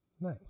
Nice